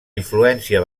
influència